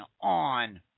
on